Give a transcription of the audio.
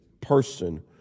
person